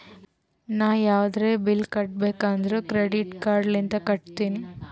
ನಾ ಯಾವದ್ರೆ ಬಿಲ್ ಕಟ್ಟಬೇಕ್ ಅಂದುರ್ ಕ್ರೆಡಿಟ್ ಕಾರ್ಡ್ ಲಿಂತೆ ಕಟ್ಟತ್ತಿನಿ